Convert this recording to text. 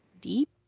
deep